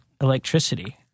electricity